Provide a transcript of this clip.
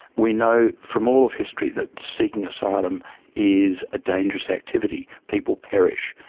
we know from all of history that seeking asylum is a dangerous activity, people perish.